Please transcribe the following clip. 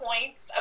points